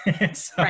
Right